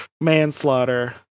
manslaughter